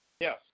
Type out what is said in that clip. Yes